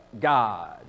God